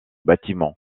bâtiment